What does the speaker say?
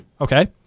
Okay